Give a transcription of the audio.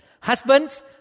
Husbands